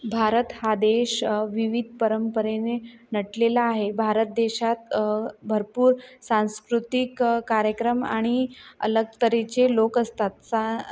भारत हा देश विविध परंपरेने नटलेला आहे भारत देशात भरपूर सांस्कृतिक कार्यक्रम आणि अलग तऱ्हेचे लोक असतात सा